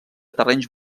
terrenys